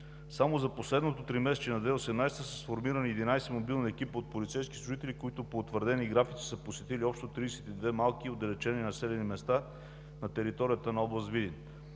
Само за последното тримесечие на 2018 г. са сформирани 11 мобилни екипа от полицейски служители, които по утвърдени графици са посетили общо 32 малки и отдалечени населени места на територията на област Видин.